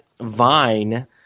Vine